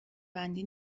بندی